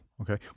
Okay